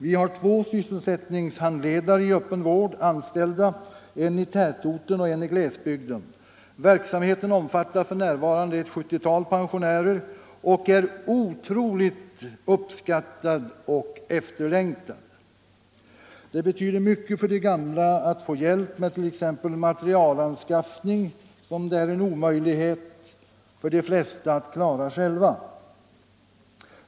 Vi har två sysselsättningshandledare i öppen vård anställda, en i tätorten och en i glesbygden. Verksamheten omfattar för närvarande ett sjuttiotal pensionärer och är otroligt uppskattad och efterlängtad. Det betyder mycket för de gamla att få hjälp med t.ex. materialanskaffning som det är omöjligt för de flesta att klara själva.